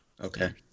Okay